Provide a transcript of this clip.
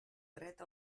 dret